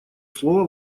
слово